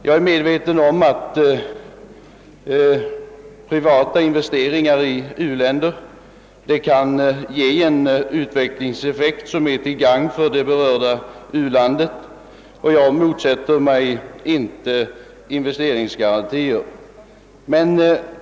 Jag är medveten om att privata investeringar i u-länder kan ge en utvecklingseffekt, som är till gagn för det berörda u-landet. Jag motsätter mig inte investeringsgarantier.